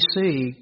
see